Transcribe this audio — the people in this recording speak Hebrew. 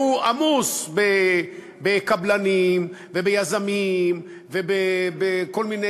שהוא עמוס בקבלנים וביזמים ובכל מיני